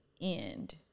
end